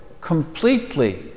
completely